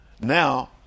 now